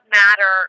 matter